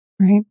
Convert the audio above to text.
Right